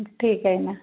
ठीक आहे ना